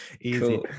Easy